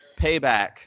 Payback